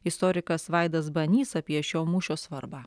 istorikas vaidas banys apie šio mūšio svarbą